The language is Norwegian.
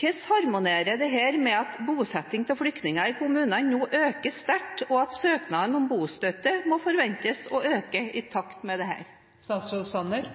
Hvordan harmonerer dette med at bosetting av flyktninger i kommunene nå øker sterkt, og at søknadene om bostøtte må forventes å øke i takt med dette?